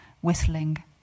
whistling